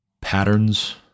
patterns